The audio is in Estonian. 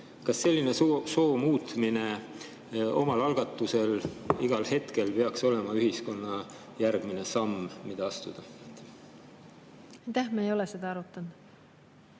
Kas selline soo muutmine omal algatusel igal hetkel peaks olema ühiskonna järgmine samm, mida astuda? Aitäh, juhataja!